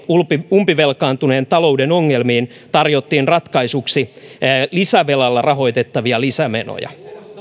umpivelkaantuneen talouden ongelmiin tarjottiin ratkaisuksi lisävelalla rahoitettavia lisämenoja